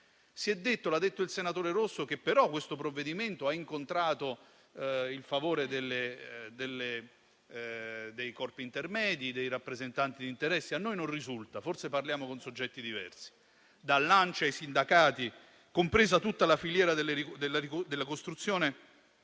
Come ha detto il senatore Rosso, questo provvedimento ha incontrato il favore dei corpi intermedi e dei rappresentanti di interessi. A noi non risulta, forse parliamo con soggetti diversi: dall'ANCE ai sindacati, compresa tutta la filiera della costruzione,